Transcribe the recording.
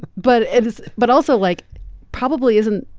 but it is. but also like probably isn't.